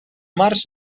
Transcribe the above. març